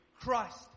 Christ